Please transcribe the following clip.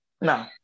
No